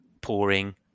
pouring